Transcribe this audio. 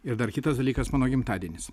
ir dar kitas dalykas mano gimtadienis